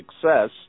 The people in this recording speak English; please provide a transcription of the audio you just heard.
success